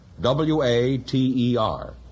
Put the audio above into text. W-A-T-E-R